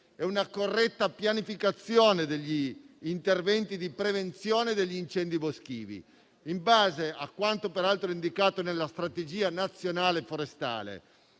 ed una corretta pianificazione degli interventi di prevenzione degli incendi boschivi, in base a quanto indicato - peraltro - indicato nella strategia nazionale forestale,